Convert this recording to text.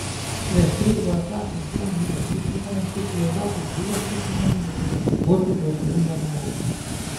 prieš tai uefa čempionų lygos pusfinalio kaip ir europos lygos pusfinalio burtai traukiami nebuvo